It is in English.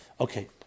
Okay